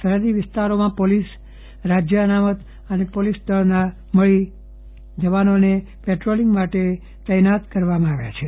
સરહદી વિસ્તારોમાં પોલીસ રાજ્ય અનામત પોલીસ દળના મળી જવાનોને પેટ્રોલીંગ માટે તૈનાત કરાયા છે